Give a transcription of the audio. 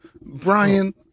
Brian